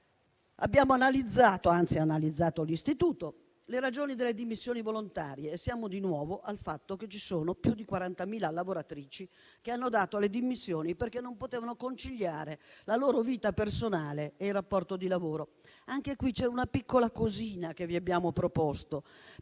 abbiamo analizzato - anzi ha analizzato l'Istituto - le ragioni delle dimissioni volontarie. Siamo di nuovo dinanzi al fatto che ci sono più di 40.000 lavoratrici che hanno dato le dimissioni perché non potevano conciliare la loro vita personale e il rapporto di lavoro. Anche qui c'è una piccola cosina che vi abbiamo proposto: